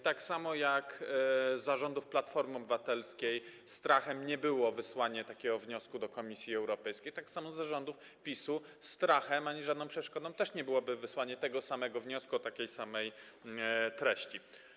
Tak samo jak za rządów Platformy Obywatelskiej strachem nie było wysłanie takiego wniosku do Komisji Europejskiej, tak samo za rządów PiS-u ani strachem, ani żadną przeszkodą nie byłoby wysłanie takiego samego wniosku o takiej samej treści.